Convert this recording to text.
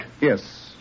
Yes